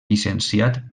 llicenciat